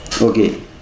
Okay